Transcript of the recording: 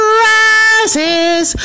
rises